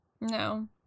No